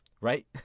right